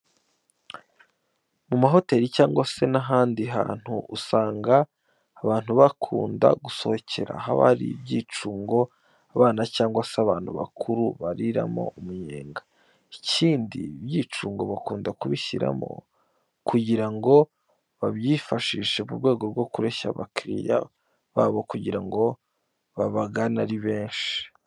Mu mahoteli cyangwa se n'ahandi hantu usanga abantu bakunda gusohokera, haba hari ibyicungo abana cyangwa se abantu bakuru bariramo umunyenga. Ikindi, ibi byicungo bakunda kubishyiramo, kugira ngo babyifashishe mu rwego rwo kureshya abakiriya babo kugira ngo babagane ari benshi.